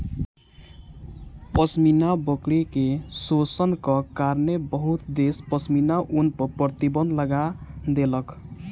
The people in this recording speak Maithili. पश्मीना बकरी के शोषणक कारणेँ बहुत देश पश्मीना ऊन पर प्रतिबन्ध लगा देलक